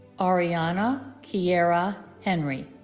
arieonna kearra henry